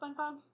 Spongebob